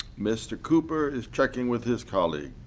mr. cooper is checking with his colleagues.